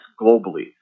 globally